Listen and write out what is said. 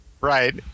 Right